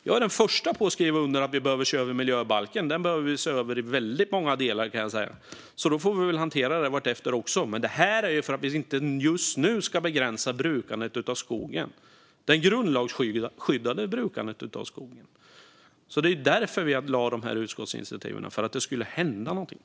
Jag är den första att skriva under på att vi behöver se över miljöbalken. Den behöver ses över i många delar, men det får vi hantera vartefter. Det här förslaget är för att vi inte just nu ska begränsa det grundlagsskyddade brukandet av skogen. Det var för att det ska hända någonting som vi lade fram förslagen till utskottsinitiativ.